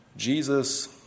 Jesus